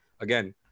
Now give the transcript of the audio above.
again